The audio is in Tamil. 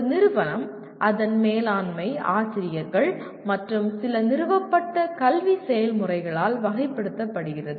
ஒரு நிறுவனம் அதன் மேலாண்மை ஆசிரியர்கள் மற்றும் சில நிறுவப்பட்ட கல்வி செயல்முறைகளால் வகைப்படுத்தப்படுகிறது